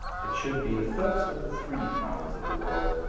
it should be the first of the three powers of the world,